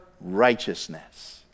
Righteousness